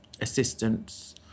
assistance